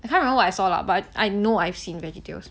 I can't remember I saw lah but I know I've seen veggietales